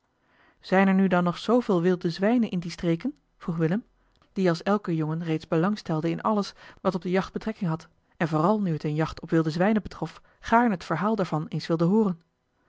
zijn er nu dan nog zooveel wilde zwijnen in die streken vroeg willem die als elke jongen reeds belang stelde in alles wat op de jacht betrekking had en vooral nu het eene jacht op wilde zwijnen betrof gaarne het verhaal daarvan eens wilde hooren